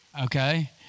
Okay